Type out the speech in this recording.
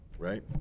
Right